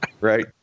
right